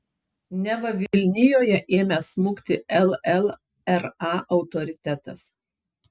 neva vilnijoje ėmęs smukti llra autoritetas